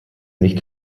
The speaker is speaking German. nicht